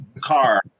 car